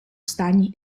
стані